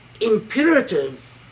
imperative